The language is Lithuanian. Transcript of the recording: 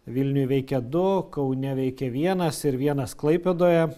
vilniuj veikia du kaune veikia vienas ir vienas klaipėdoje